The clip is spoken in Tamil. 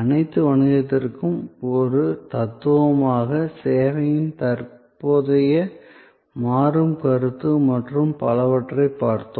அனைத்து வணிகத்திற்கும் ஒரு தத்துவமாக சேவையின் தற்போதைய மாறும் கருத்து மற்றும் பலவற்றைப் பார்த்தோம்